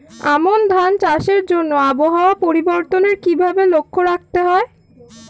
আমন ধান চাষের জন্য আবহাওয়া পরিবর্তনের কিভাবে লক্ষ্য রাখতে হয়?